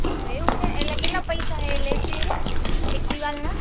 અચ્છા એવું છે એટલે કેટલા પૈસા એ લેછે એ એક દિવાલના